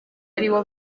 aribo